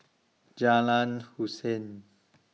Jalan Hussein